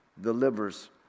delivers